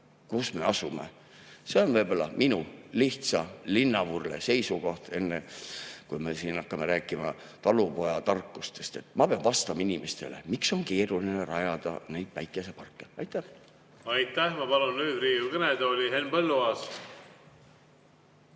kus me asume. See on võib-olla minu, lihtsa linnavurle seisukoht. Enne kui me siin hakkame rääkima talupojatarkustest. Ma pean vastama inimestele, miks on keeruline rajada päikeseparke. Aitäh! Aitäh! Ma palun nüüd Riigikogu kõnetooli Henn Põlluaasa.